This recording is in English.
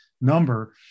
number